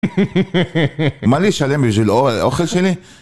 מה לי לשלם בשביל אוכל שלי?